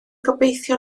gobeithio